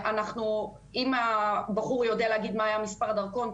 אם הבחור יודע להגיד מה מספר הדרכון,